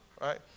right